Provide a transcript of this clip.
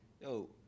Yo